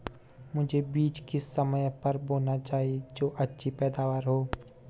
मुझे बीज किस समय पर बोना चाहिए जो अच्छी पैदावार हो?